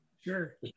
Sure